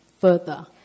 further